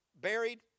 buried